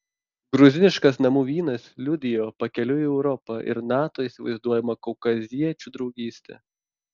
gruziniškas namų vynas liudijo pakeliui į europą ir nato įsivaizduojamą kaukaziečių draugystę